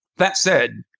that said,